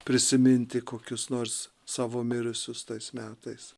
prisiminti kokius nors savo mirusius tais metais